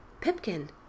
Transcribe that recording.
Pipkin